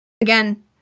again